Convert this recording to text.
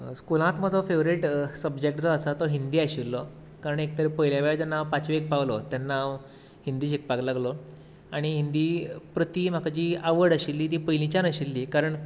स्कुलांत म्हजो favourite subject जो आसा तो हिंदी आशिल्लो कारण एक तर पयल्या वेळार जेन्ना पांचवेक पावलो तेन्ना हांव हिंदी शिकपाक लागलो आनी हिंदी प्रती म्हाका जी आवड आशिल्ली ती पयलींच्यान आशिल्ली कारण